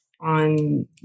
on